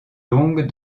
longue